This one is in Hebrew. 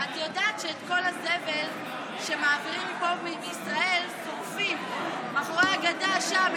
את יודעת שאת כל הזבל שמעבירים מפה ומישראל שורפים מאחורי הגדה שם,